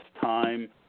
time